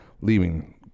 leaving